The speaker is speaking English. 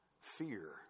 Fear